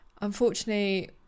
Unfortunately